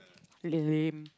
lame